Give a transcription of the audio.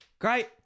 Great